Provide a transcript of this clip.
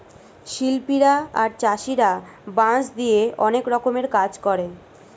শিল্পীরা আর চাষীরা বাঁশ দিয়ে অনেক রকমের কাজ করে